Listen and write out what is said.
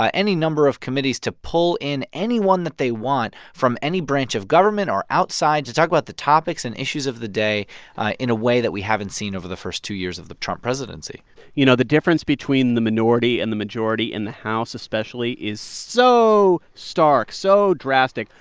ah any number of committees to pull in anyone that they want from any branch of government or outside to talk about the topics and issues of the day in a way that we haven't seen over the first two years of the trump presidency you know, the difference between the minority and the majority in the house especially is so stark, so drastic.